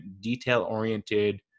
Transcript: detail-oriented